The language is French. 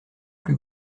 plus